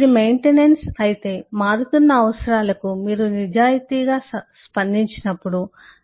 ఇది మెయింటెనెన్స్ అయితే మారుతున్న అవసరాలకు మీరు నిజాయితీగా స్పందించినప్పుడు